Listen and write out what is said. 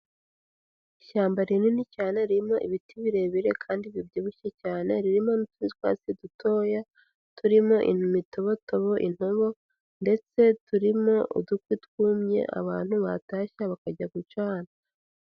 Ishyamba rinini cyane ririmo ibiti birebire kandi bibyibushye cyane, ririmo n'utwatsi dutoya turimo imitobotobo, intobo ndetse turimo udukwi twumye abantu batashya bakajya gucana.